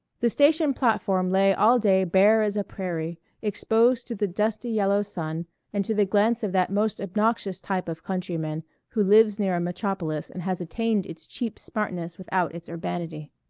the station platform lay all day bare as a prairie, exposed to the dusty yellow sun and to the glance of that most obnoxious type of countryman who lives near a metropolis and has attained its cheap smartness without its urbanity.